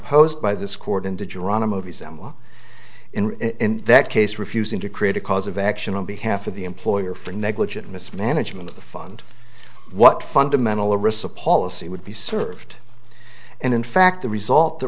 posed by this court and did you run a movie sam well in that case refusing to create a cause of action on behalf of the employer for negligent mismanagement of the fund what fundamental arisa policy would be served and in fact the result th